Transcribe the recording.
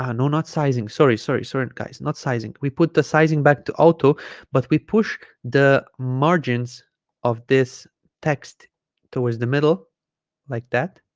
ah not sizing sorry sorry certain guys not sizing we put the sizing back to auto but we push the margins of this text towards the middle like that